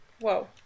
whoa